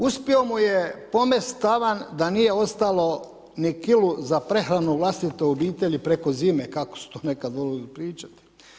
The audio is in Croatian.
Uspio mu je pomest tavan da nije ostalo ni kilu za prehranu vlastite obitelji preko zime, kako su to nekad voljeli pričati.